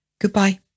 Goodbye